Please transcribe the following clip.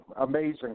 amazing